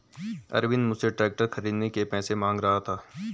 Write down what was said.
अरविंद मुझसे ट्रैक्टर खरीदने के पैसे मांग रहा था